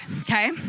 okay